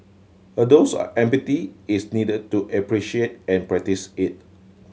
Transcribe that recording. a dose empathy is needed to appreciate and practise it